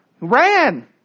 Ran